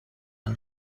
are